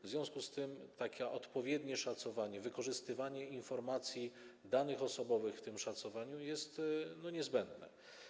W związku z tym odpowiednie szacowanie, wykorzystywanie informacji, danych osobowych w tym szacowaniu jest niezbędne.